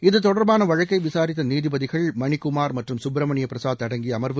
இத்தொடர்பான வழக்கை விசாரித்த நீதிபதிகள் மணிக்குமார் மற்றும் சுப்பிரமணியம் பிரசாத் அடங்கிய அமர்வு